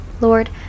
lord